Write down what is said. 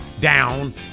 down